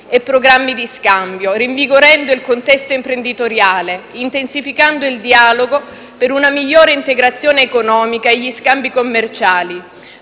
e programmi di scambio, rinvigorendo il contesto imprenditoriale, intensificando il dialogo per una migliore integrazione economica e gli scambi commerciali,